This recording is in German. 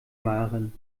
maren